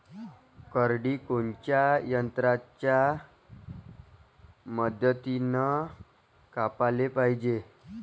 करडी कोनच्या यंत्राच्या मदतीनं कापाले पायजे?